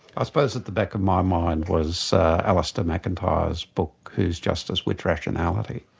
suppose at the back of my mind was alasdair macintyre's book whose justice? which rationality?